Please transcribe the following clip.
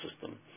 system